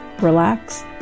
relax